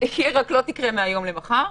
לא תקרה מהיום למחר.